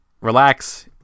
relax